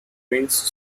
twins